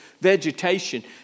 vegetation